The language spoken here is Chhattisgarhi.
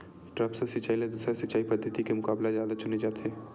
द्रप्स सिंचाई ला दूसर सिंचाई पद्धिति के मुकाबला जादा चुने जाथे